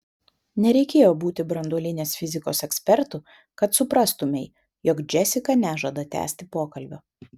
nereikėjo būti branduolinės fizikos ekspertu kad suprastumei jog džesika nežada tęsti pokalbio